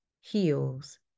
heals